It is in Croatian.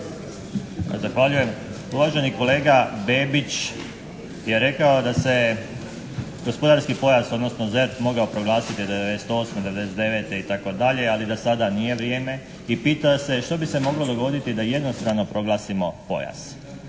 Zahvaljujem. Uvaženi kolega Begić je rekao da se gospodarski pojas, odnosno ZERP mogao proglasiti 98., 99. itd. ali da sada nije vrijeme i pita se što bi se moglo dogoditi da jednostrano proglasimo pojas.